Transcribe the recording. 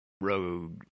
road